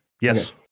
yes